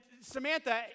Samantha